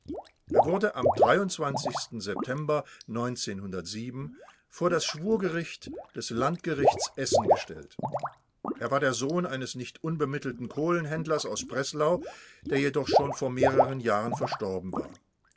er wurde am september vor das schwurgericht des landgerichts essen gestellt er war der sohn eines nicht unbemittelten kohlenhändlers aus breslau der jedoch schon vor mehreren jahren verstorben war